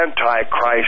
Antichrist